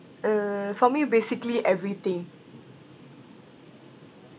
uh for me basically everything